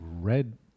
red